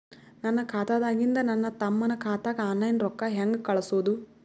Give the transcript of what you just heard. ನನ್ನ ಖಾತಾದಾಗಿಂದ ನನ್ನ ತಮ್ಮನ ಖಾತಾಗ ಆನ್ಲೈನ್ ರೊಕ್ಕ ಹೇಂಗ ಕಳಸೋದು?